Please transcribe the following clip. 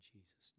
Jesus